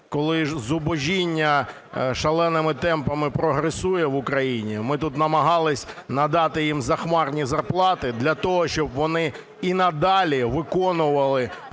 коли зубожіння шаленими темпами прогресує в Україні, ми тут намагались надати їм захмарні зарплати для того, щоб вони і надалі виконували